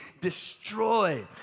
destroy